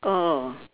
oh